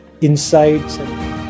insights